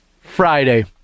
Friday